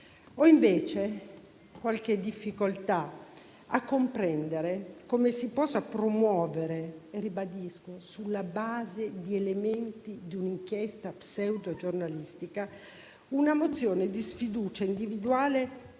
Ho, invece, qualche difficoltà a comprendere come si possa promuovere - lo ribadisco - sulla base di elementi di un'inchiesta pseudo-giornalistica, una mozione di sfiducia individuale